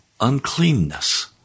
uncleanness